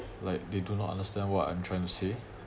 like they do not understand what I'm trying to say